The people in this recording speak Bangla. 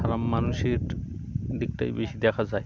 খারাপ মানুষের দিকটাই বেশি দেখা যায়